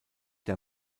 der